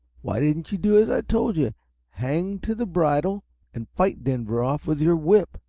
why didn't you do as i told you hang to the bridle and fight denver off with your whip?